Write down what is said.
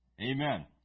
Amen